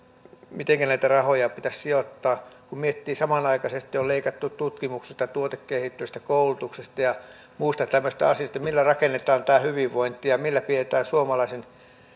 mitenkä näitä rahoja pitäisi sijoittaa kun miettii että samanaikaisesti on leikattu tutkimuksesta tuotekehityksestä koulutuksesta ja muista tämmöisistä asioista millä rakennetaan tämä hyvinvointi ja millä pidetään suomalaisen